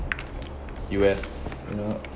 U_S you know